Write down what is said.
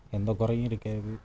எந்த குறையும் இருக்காது